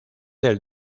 del